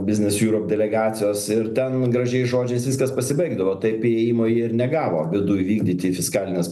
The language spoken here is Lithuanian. biznis jūrop delegacijos ir ten gražiais žodžiais viskas pasibaigdavo taip įėjimo jie ir negavo viduj vykdyti fiskalinės